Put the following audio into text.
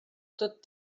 tot